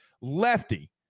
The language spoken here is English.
lefty